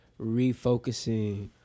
refocusing